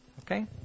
okay